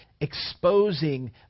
exposing